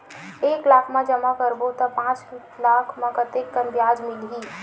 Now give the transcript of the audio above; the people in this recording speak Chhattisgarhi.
एक लाख जमा करबो त पांच साल म कतेकन ब्याज मिलही?